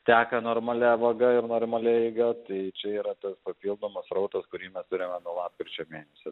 teka normalia vaga ir normalia eiga tai čia yra tas papildomas srautas kurį mes turime nuo lapkričio mėnesio